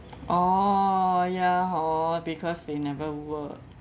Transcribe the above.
orh ya hor because they never work